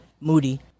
Moody